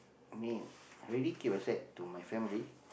mean I already keep aside to my family